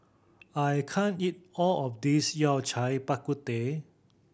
I can't eat all of this Yao Cai Bak Kut Teh